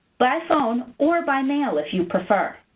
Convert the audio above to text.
by phone or by mail, if you prefer.